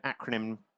acronym